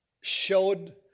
showed